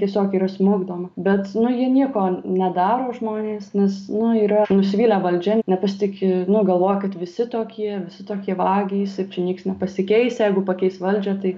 tiesiog yra smukdoma bet nu jie nieko nedaro žmonės nes nu yra nusivylę valdžia nepasitiki nu galvoja kad visi tokie visi tokie vagys ir čia nieks nepasikeis jeigu pakeis valdžią tai